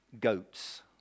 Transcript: goats